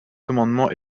commandement